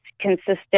consistent